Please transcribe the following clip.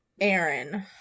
Aaron